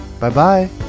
Bye-bye